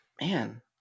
Man